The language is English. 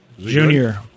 junior